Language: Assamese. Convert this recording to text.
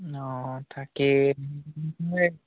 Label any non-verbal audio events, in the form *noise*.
অঁ তাকেই *unintelligible*